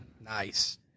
Nice